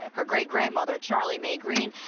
her great grandmother, charlie may green,